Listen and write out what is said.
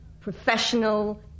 professional